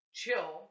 chill